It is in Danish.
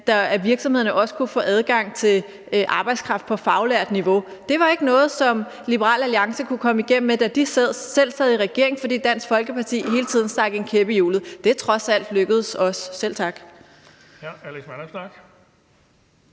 at virksomhederne også kunne få adgang til arbejdskraft på faglært niveau. Det var ikke noget, som Liberal Alliance kunne komme igennem med, da de selv sad i regering, fordi Dansk Folkeparti hele tiden stak en kæp i hjulet. Det er trods alt lykkedes os. Selv tak.